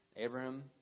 Abraham